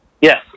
Yes